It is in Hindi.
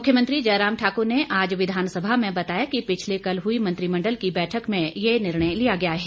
मुख्यमंत्री जयराम ठाकुर ने आज विधानसभा में बताया कि पिछले कल हुई मंत्रिमंडल की बैठक में ये निर्णय लिया गया है